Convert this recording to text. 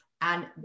And-